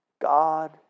God